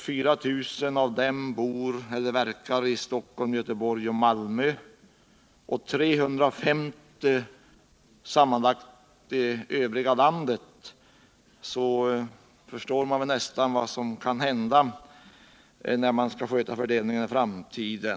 4 000 av dessa bor eller verkar i Stockholm, Göteborg eller Malmö, medan 350 alltså verkar i det övriga landet. När man ser på dessa siffror förstår man nästan vad som kommer att hända vid fördelningen i framtiden.